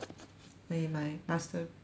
in my master master